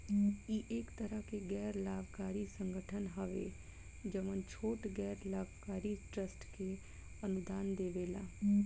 इ एक तरह के गैर लाभकारी संगठन हवे जवन छोट गैर लाभकारी ट्रस्ट के अनुदान देवेला